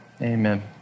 Amen